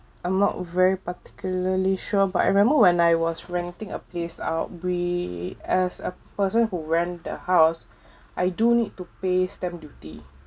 I'm not very particularly sure but I remember when I was renting a place out as a person who rent the house I do need to pay stamp duty